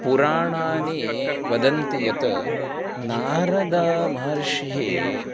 पुराणानि वदन्ति यत् नारदमहर्षिः